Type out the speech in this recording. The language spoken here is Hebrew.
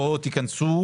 תיכנסו